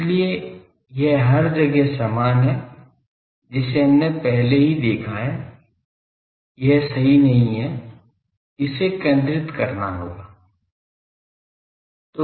इसलिए यह हर जगह समान है जिसे हमने पहले ही देखा है यह सही नहीं है इसे केंद्रित करना होगा